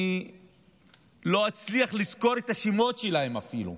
אני לא אצליח לזכור את השמות שלהם אפילו,